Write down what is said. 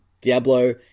Diablo